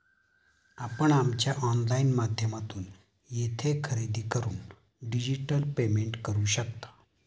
आपण आमच्या ऑनलाइन माध्यमातून येथे खरेदी करून डिजिटल पेमेंट करू शकता